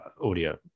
audio